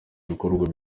ibikorwa